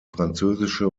französische